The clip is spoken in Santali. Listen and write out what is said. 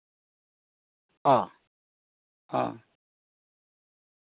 ᱦᱮᱸ ᱦᱮᱸ